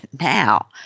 now